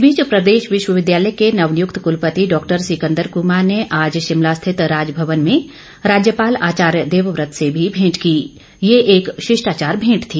इस बीच ेप्रदेश विश्वविद्यालय के नवनियुक्त कुलपति डॉक्टर सिकंदर कुमार ने आज शिमला स्थित राजभवन में राज्यपाल आचार्य देवव्रत से भी भेंट की ये एक शिष्टाचार भेंट थी